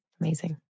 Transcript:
Amazing